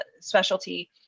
specialty